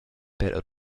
per